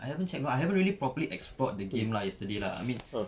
I haven't check got I haven't really properly explored the game lah yesterday lah I mean